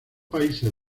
países